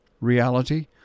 reality